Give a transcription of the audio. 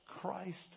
Christ